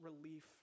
relief